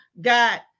got